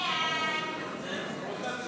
כהצעת